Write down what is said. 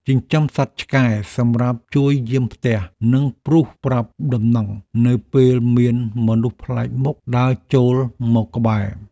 ចិញ្ចឹមសត្វឆ្កែសម្រាប់ជួយយាមផ្ទះនិងព្រុសប្រាប់ដំណឹងនៅពេលមានមនុស្សប្លែកមុខដើរចូលមកក្បែរ។